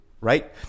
right